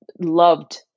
loved